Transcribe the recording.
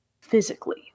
physically